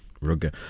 Rugger